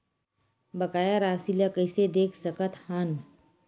बकाया राशि ला कइसे देख सकत हान?